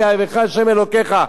כי אהבך ה' אלהיך".